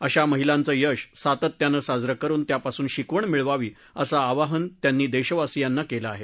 अशा महिलांच यश सातत्यानं साजरं करुन त्यापासून शिकवण मिळवावी असं आवाहन त्यांनी देशवासियांना केलं आहे